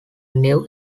new